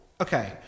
Okay